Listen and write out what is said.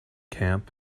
camp